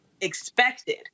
expected